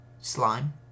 Slime